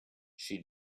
she